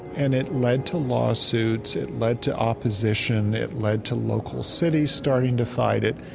and it led to lawsuits. it led to opposition. it led to local cities starting to fight it.